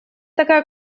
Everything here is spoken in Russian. такая